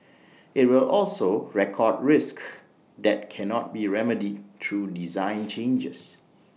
IT will also record risks that cannot be remedied through design changes